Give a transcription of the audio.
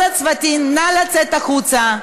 כל הצוותים, נא לצאת החוצה,